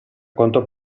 quanto